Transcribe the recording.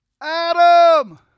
Adam